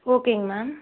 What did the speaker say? ஓகேங்க மேம்